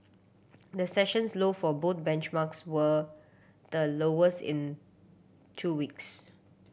the sessions low for both benchmarks were the lowest in two weeks